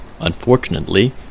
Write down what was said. Unfortunately